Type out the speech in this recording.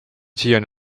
siiani